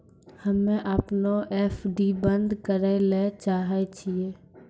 हम्मे अपनो एफ.डी बन्द करै ले चाहै छियै